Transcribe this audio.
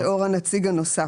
לאור הנציג הנוסף.